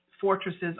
fortresses